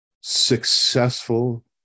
successful